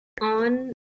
on